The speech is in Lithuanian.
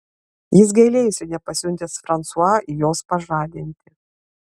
jis gailėjosi nepasiuntęs fransua jos pažadinti